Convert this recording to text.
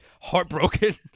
heartbroken